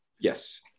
Yes